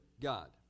God